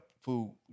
food